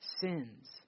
sins